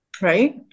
right